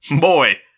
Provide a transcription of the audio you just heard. Boy